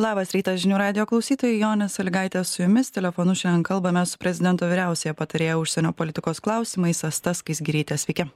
labas rytas žinių radijo klausytojai jonė salygaitė su jumis telefonu šiandien kalbamės prezidento vyriausiąja patarėja užsienio politikos klausimais asta skaisgiryte sveiki